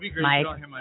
Mike